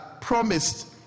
promised